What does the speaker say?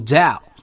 doubt